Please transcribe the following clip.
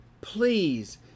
please